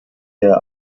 der